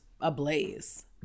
ablaze